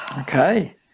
Okay